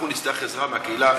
אנחנו נצטרך עזרה מהקהילה,